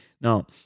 Now